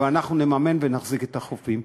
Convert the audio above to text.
אבל אנחנו נממן ונחזיק את החופים.